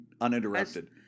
uninterrupted